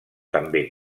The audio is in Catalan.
també